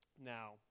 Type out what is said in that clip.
now